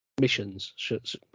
missions